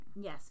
Yes